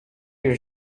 your